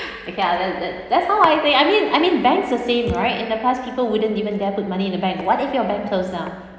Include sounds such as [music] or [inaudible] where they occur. okay ah that that that's how I think I mean I mean banks the same right [noise] in the past people wouldn't even dare put money in the bank what if your bank closed down